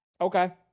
Okay